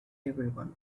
everyone